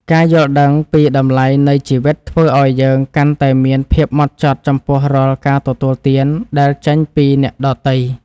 ការយល់ដឹងពីតម្លៃនៃជីវិតធ្វើឱ្យយើងកាន់តែមានភាពហ្មត់ចត់ចំពោះរាល់ការទទួលទានដែលចេញពីអ្នកដទៃ។